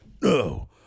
No